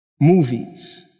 Movies